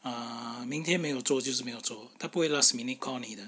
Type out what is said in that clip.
uh 明天没有做就是没有做他不会 last minute call 你的